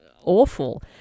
awful